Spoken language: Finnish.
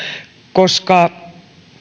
koska